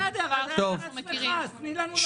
את שמחה, אז תני לנו לדון.